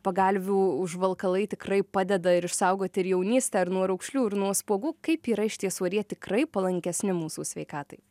pagalvių užvalkalai tikrai padeda ir išsaugot ir jaunystę ar nuo raukšlių ir nuo spuogų kaip yra iš tiesų ar jie tikrai palankesni mūsų sveikatai